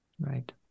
Right